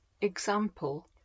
Example